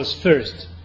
first